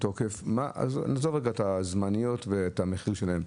נעזוב רגע את הדרכון הזמני והמחיר שלו.